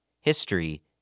History